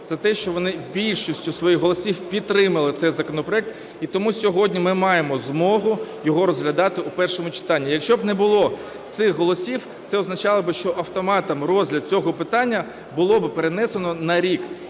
за те, що вони більшістю своїх голосів підтримали цей законопроект, і тому сьогодні ми маємо змогу його розглядати у першому читанні. Якщо б не було цих голосів, це означало би, що автоматом розгляд цього питання було би перенесено на рік,